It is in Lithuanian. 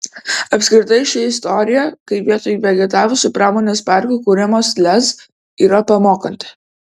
apskritai ši istorija kai vietoj vegetavusių pramonės parkų kuriamos lez yra pamokanti